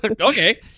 Okay